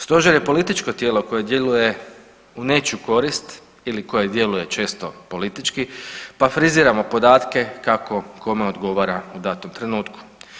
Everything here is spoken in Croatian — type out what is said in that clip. Stožer je političko tijelo koje djeluje u nečiju korist ili koja djeluje često politički, pa friziramo podatke kako kome odgovara u datom trenutku.